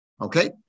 okay